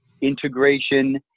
integration